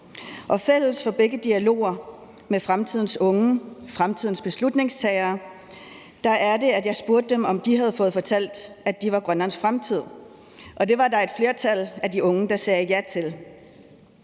Fælles for begge dialoger med fremtidens unge, fremtidens beslutningstagere, var, at jeg spurgte dem, om de havde fået fortalt, at de var Grønlands fremtid, og det var der et flertal af de unge der sagde ja til,